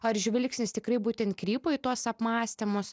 ar žvilgsnis tikrai būtent krypo į tuos apmąstymus